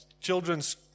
Children's